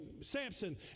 Samson